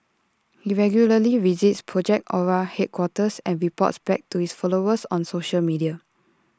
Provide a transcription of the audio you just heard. he regularly visits project Ara headquarters and reports back to his followers on social media